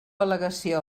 al·legació